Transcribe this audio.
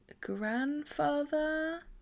grandfather